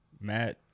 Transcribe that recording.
Matt